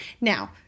now